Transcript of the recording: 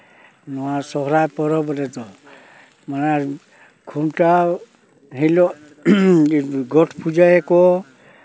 ᱱᱚᱣᱟ ᱥᱚᱨᱦᱟᱭ ᱯᱚᱨᱚᱵᱽ ᱨᱮᱫᱚ ᱟᱨ ᱠᱷᱩᱱᱴᱟᱹᱣ ᱦᱤᱞᱳᱜ ᱜᱚᱴ ᱯᱩᱡᱟᱹᱭᱟᱠᱚ